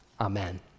Amen